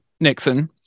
Nixon